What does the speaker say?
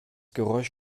geräusch